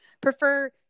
prefer